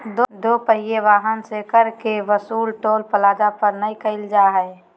दो पहिया वाहन से कर के वसूली टोल प्लाजा पर नय कईल जा हइ